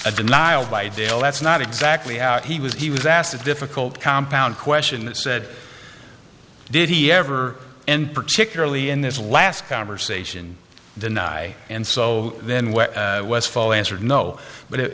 a denial by deal that's not exactly out he was he was asked a difficult compound question that said did he ever and particularly in this last conversation deny and so then what was follow answered no but it